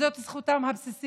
זאת זכותם הבסיסית.